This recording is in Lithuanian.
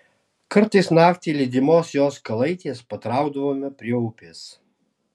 kartais naktį lydimos jos kalaitės patraukdavome prie upės